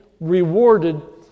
rewarded